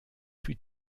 plus